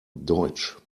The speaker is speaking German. deutsch